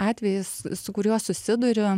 atvejis su kuriuo susiduriu